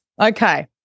Okay